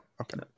Okay